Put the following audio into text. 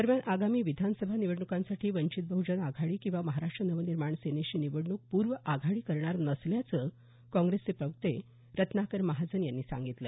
दरम्यान आगामी विधानसभा निवडणुकांसाठी वंचित बहजन आघाडी किंवा महाराष्ट्र नवनिर्माण सेनेशी निवडणूक पुर्व आघाडी करणार नसल्याचं काँग्रेसचे प्रवक्ते रत्नाकर महाजन यांनी सांगितलं